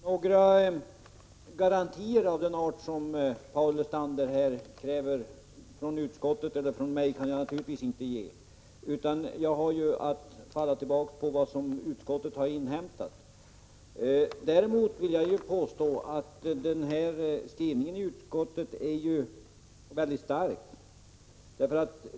Herr talman! Några garantier av den art som Paul Lestander här kräver av utskottet eller av mig kan jag naturligtvis inte ge, utan jag har att falla tillbaka på vad utskottet har inhämtat. Däremot vill jag påstå att utskottets skrivning är mycket stark.